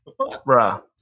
Bruh